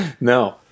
No